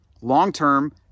long-term